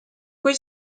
kui